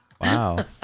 Wow